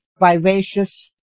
vivacious